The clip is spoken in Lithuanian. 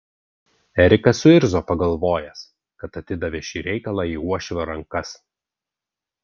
erikas suirzo pagalvojęs kad atidavė šį reikalą į uošvio rankas